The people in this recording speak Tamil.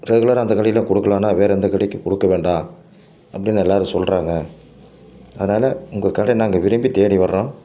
ரெகுலராக அந்த கடையில் கொடுக்கலாண்ணா வேறு எந்த கடைக்கும் கொடுக்க வேண்டாம் அப்படின்னு எல்லாேரும் சொல்கிறாங்க அதனால உங்கள் கடை நாங்கள் விரும்பி தேடி வருறோம்